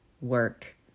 work